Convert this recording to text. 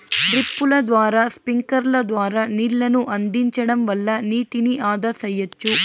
డ్రిప్పుల ద్వారా స్ప్రింక్లర్ల ద్వారా నీళ్ళను అందించడం వల్ల నీటిని ఆదా సెయ్యచ్చు